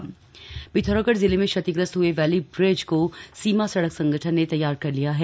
valley bridge Pithoragarh जिले में क्षतिग्रस्त हुए वैली ब्रिज को सीमा सड़क संगठन ने तैयार कर लिया है